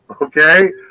okay